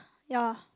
ya